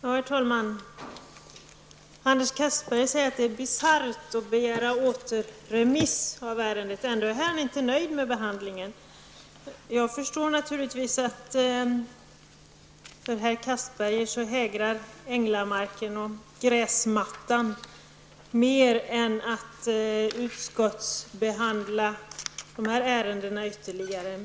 Herr talman! Anders Castberger säger att det är bisarrt att begära återremiss av ärendet, men ändå är han inte nöjd med behandlingen. Jag förstår naturligtvis att änglamarken och gräsmattan hägrar mer för herr Castberger än att utskottsbehandla det här ärendet ytterligare.